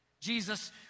Jesus